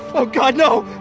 oh god, no.